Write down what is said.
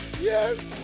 Yes